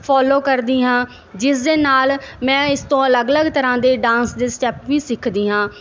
follow ਕਰਦੀ ਹਾਂ ਜਿਸ ਦੇ ਨਾਲ ਮੈਂ ਇਸ ਤੋਂ ਅਲੱਗ ਅਲੱਗ ਤਰ੍ਹਾਂ ਦੇ ਡਾਂਸ ਦੇ ਸਟੈਪ ਵੀ ਸਿੱਖਦੀ ਹਾਂ